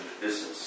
business